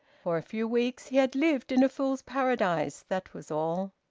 for a few weeks he had lived in a fool's paradise that was all.